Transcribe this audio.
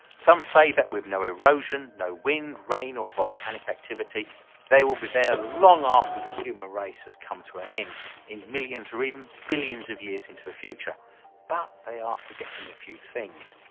some say that with no erosion, no wind, rain or volcanic activity they will be there long after the human race has come to an end in the millions or even billions of years into the future but they are forgetting a few things.